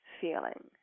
feeling